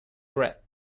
your